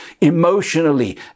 emotionally